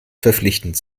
verpflichtend